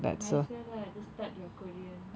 might as well lah just start your korean